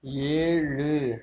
ஏழு